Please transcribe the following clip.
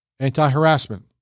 Anti-harassment